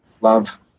love